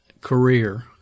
career